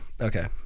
Okay